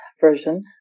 version